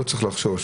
לא צריך לחשוש.